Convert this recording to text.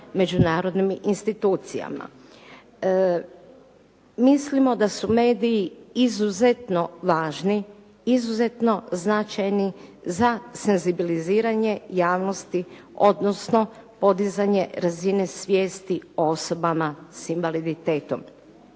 međunarodnim institucijama. Mislimo da su mediji izuzetno važni, izuzetno značajni za senzibiliziranje javnosti, odnosno podizanje razine svijesti o osobama s invaliditetom